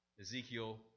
Ezekiel